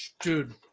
Dude